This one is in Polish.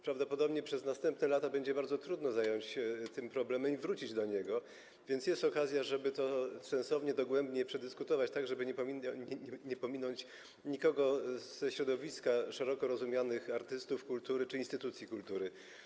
Prawdopodobnie przez następne lata będzie bardzo trudno zająć się tym problemem i wrócić do niego, więc jest okazja, żeby to sensownie, dogłębnie przedyskutować, tak żeby nie pominąć nikogo ze środowiska szeroko rozumianych artystów kultury czy instytucji kultury.